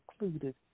included